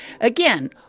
Again